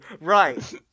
Right